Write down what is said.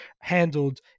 handled